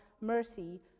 mercy